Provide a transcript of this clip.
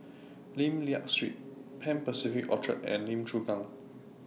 Lim Liak Street Pan Pacific Orchard and Lim Chu Kang